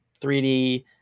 3d